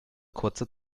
kurze